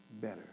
better